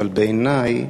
אבל בעיני,